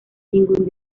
ningún